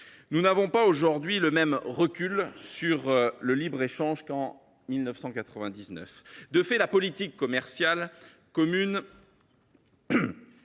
Nous n’avons pas aujourd’hui le même recul sur le libre échange qu’en 1999. De fait, la politique commerciale commune,